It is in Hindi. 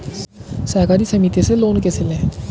सहकारी समिति से लोन कैसे लें?